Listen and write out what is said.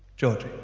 georgie.